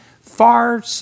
far